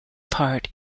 part